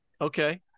Okay